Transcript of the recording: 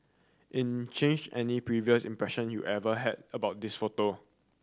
in change any previous impression you ever had about this photo